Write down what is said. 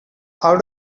how